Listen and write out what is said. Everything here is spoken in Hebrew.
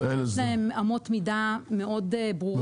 שיש להם אמות מידה מאוד ברורות.